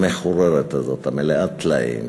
המחוררת הזאת, מלאת הטלאים,